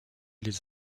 les